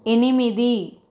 ఎనిమిది